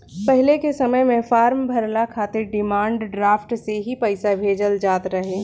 पहिले के समय में फार्म भरला खातिर डिमांड ड्राफ्ट से ही पईसा भेजल जात रहे